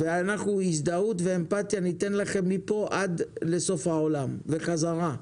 הזדהות ואמפתיה ניתן לכם מפה עד סוף העולם וחזרה,